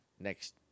Next